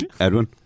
Edwin